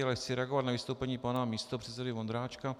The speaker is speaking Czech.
Ale chci reagovat na vystoupení pana místopředsedy Vondráčka.